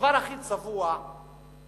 הדבר הכי צבוע זה